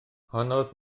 honnodd